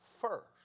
first